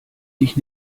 dich